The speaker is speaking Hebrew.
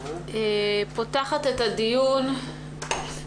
אני פותחת את ישיבת הוועדה המיוחדת לעניין נגיף הקורונה.